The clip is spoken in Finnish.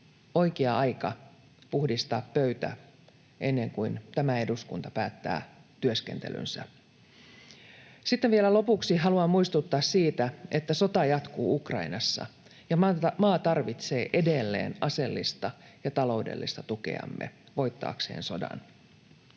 oikea aika puhdistaa pöytä ennen kuin tämä eduskunta päättää työskentelynsä. Sitten vielä lopuksi haluan muistuttaa siitä, että sota jatkuu Ukrainassa ja maa tarvitsee edelleen aseellista ja taloudellista tukeamme voittaakseen sodan.